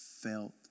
felt